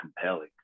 compelling